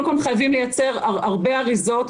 הם חייבים לייצר הרבה אריזות,